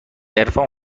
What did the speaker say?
عرفان